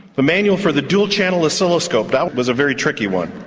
the manual for the dual-channel oscilloscope, that was a very tricky one.